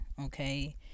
okay